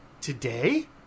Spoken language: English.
today